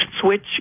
switch